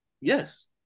Yes